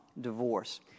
divorce